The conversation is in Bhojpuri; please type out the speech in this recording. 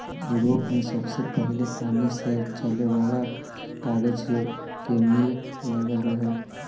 यूरोप में सबसे पहिले पानी से चले वाला कागज के मिल लागल रहे